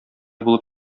булып